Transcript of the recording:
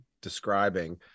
describing